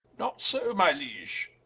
not so my liege,